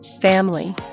family